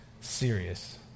serious